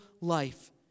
life